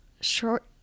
short